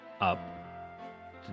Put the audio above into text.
up